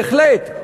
בהחלט,